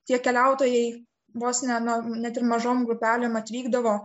tie keliautojai vos ne na net ir mažom grupelėm atvykdavo